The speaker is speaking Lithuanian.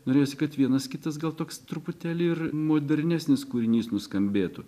norėjosi kad vienas kitas gal toks truputėlį ir modernesnis kūrinys nuskambėtų